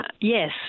yes